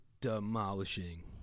Demolishing